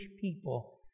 people